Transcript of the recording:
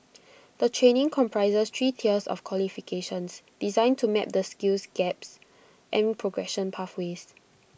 the training comprises three tiers of qualifications designed to map the skills gaps and progression pathways